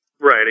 Right